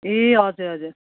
ए हजुर हजुर